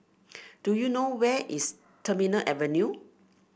do you know where is Terminal Avenue